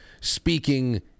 speaking